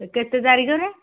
କେତେ ତାରିଖରେ